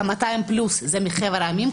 כ-200 פלוס זה מחבר העמים,